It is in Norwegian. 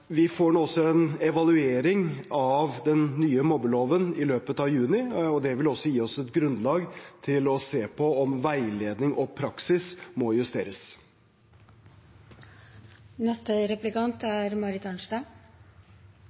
Vi får en evaluering av den nye mobbeloven i løpet av juni. Det vil også gi oss et grunnlag for å se på om veiledning og praksis må justeres. Det er